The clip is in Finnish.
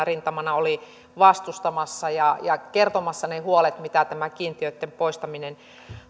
rintamana olivat vastustamassa ja ja kertomassa ne huolet mitä tämä kiintiöitten poistaminen